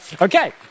Okay